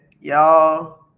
y'all